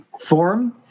form